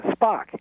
Spock